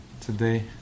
today